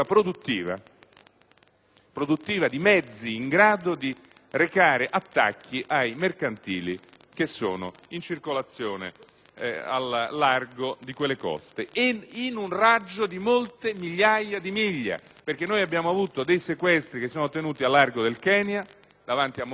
produttiva di mezzi in grado di recare attacchi ai mercantili in circolazione al largo di quelle coste e in un raggio di molte migliaia di miglia, perché vi sono stati sequestri al largo del Kenya, davanti a Mombasa, e altri